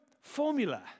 formula